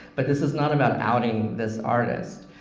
but this is not about outing this artist.